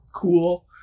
cool